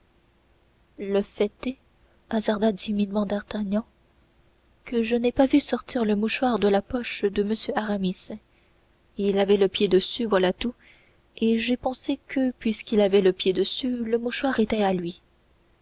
le fait est hasarda timidement d'artagnan que je n'ai pas vu sortir le mouchoir de la poche de m aramis il avait le pied dessus voilà tout et j'ai pensé que puisqu'il avait le pied dessus le mouchoir était à lui